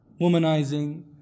womanizing